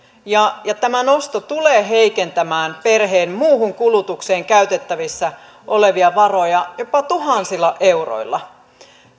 ja ja tämä nosto tulee heikentämään perheen muuhun kulutukseen käytettävissä olevia varoja jopa tuhansilla euroilla